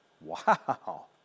Wow